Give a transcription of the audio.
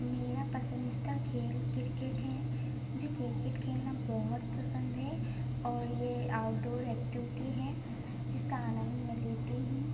मेरा पसंदीदा खेल क्रिकेट है मुझे क्रिकेट खेलने बहुत पसंद है और ये आउटडोर एक्टिविटी हैं जिसका आनंद मैं लेती हूँ